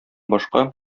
башка